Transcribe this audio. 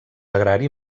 agrari